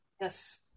Yes